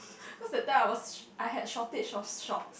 cause that time I was I had shortage of shorts